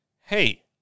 hey